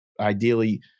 ideally